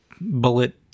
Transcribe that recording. bullet